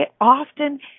often